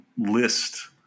list